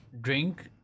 drink